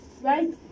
Right